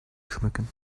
schmücken